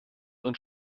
und